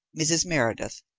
mrs. meredith,